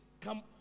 come